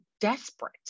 desperate